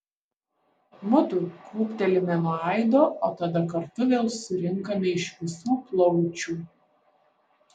mudu krūptelime nuo aido o tada kartu vėl surinkame iš visų plaučių